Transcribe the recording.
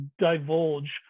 divulge